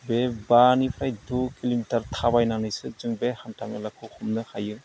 बे बानिफ्राय द' किल'मिटार थाबायनानैसो जों बे हान्था मेलाखौ खुंनो हायो